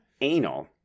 anal